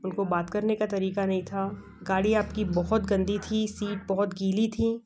उनको बात करने का तरीक़ा नहीं था गाड़ी आप की बहुत गंदी थी सीट बहुत गीली थी